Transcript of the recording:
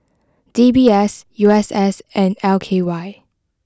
D B S U S S and L K Y